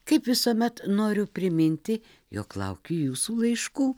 kaip visuomet noriu priminti jog laukiu jūsų laiškų